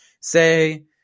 say